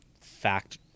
fact